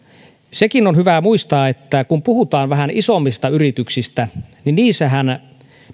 sekin on hyvä muistaa kun puhutaan vähän isommista yrityksistä että niissähän